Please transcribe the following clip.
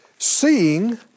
Seeing